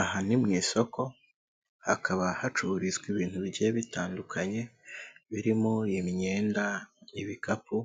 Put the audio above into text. Aha ni mu isoko, hakaba hacururizwa ibintu bigiye bitandukanye, birimo imyenda, ibikapu